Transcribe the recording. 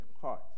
heart